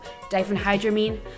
diphenhydramine